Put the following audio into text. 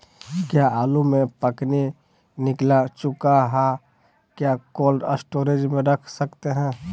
क्या आलु में पनकी निकला चुका हा क्या कोल्ड स्टोरेज में रख सकते हैं?